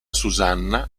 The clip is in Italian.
susanna